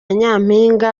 nyampinga